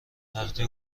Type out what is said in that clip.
وقتی